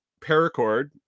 paracord